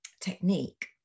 technique